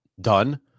done